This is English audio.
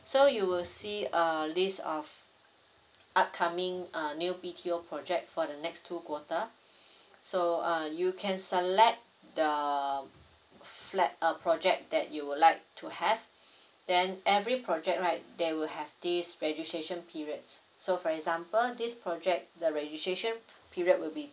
so you will see a list of upcoming uh new B_T_O project for the next two quarter so uh you can select the flat uh project that you would like to have then every project right they will have this registration periods so for example this project the registration period will be